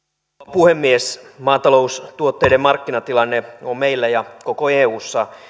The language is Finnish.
puhemies maataloustuotteiden markkinatilanne on meillä ja koko eussa